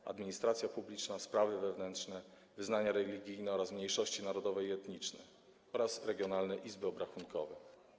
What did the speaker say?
Są to: Administracja publiczna, Sprawy wewnętrzne, Wyznania religijne oraz mniejszości narodowe i etniczne oraz Regionalne izby obrachunkowe.